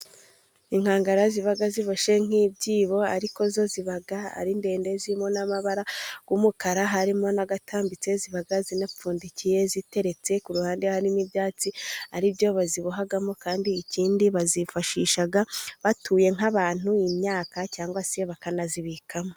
Inkangara ziba ziboshye nk'ibyibo, ariko zo ziba ari ndende, zirimo n'amabara, umukara, harimo n'agatambitse, ziba zinapfundikiye, ziteretse ku ruhande, harimo ibyatsi ari byo bazibohamo, kandi ikindi bazifashisha batuye nk'abantu imyaka, cyangwa se bakanazibikamo.